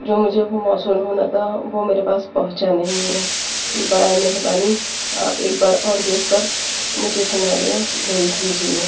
جو مجھے بھی موصول ہونا تھا وہ میرے پاس پہنچا نہیں ہے برائے مہربانی آپ ایک بار اور دیکھ کر مجھے سناریو بھیج دیجیے